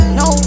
no